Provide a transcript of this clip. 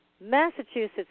Massachusetts